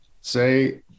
say